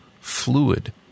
fluid